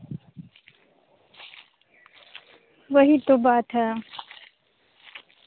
वही तो बात है